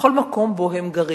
בכל מקום שבו הם גרים.